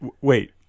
wait